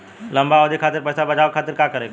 लंबा अवधि खातिर पैसा बचावे खातिर का करे के होयी?